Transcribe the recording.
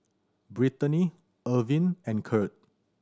Brittaney Irving and Curt